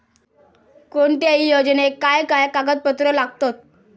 कोणत्याही योजनेक काय काय कागदपत्र लागतत?